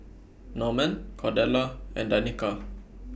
Norman Cordella and Danika